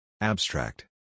Abstract